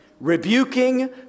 rebuking